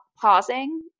pausing